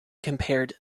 compared